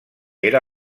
era